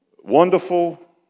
wonderful